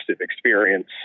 experience